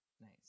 Nice